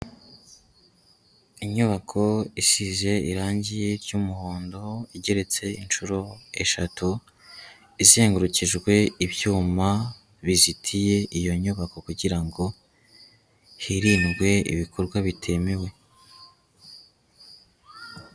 Inyubako isize irangi ry'umuhondo igeretse inshuro eshatu, izengurukijwe ibyuma bizitiye iyo nyubako kugira ngo hirindwe ibikorwa bitemewe.